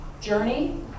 journey